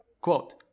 Quote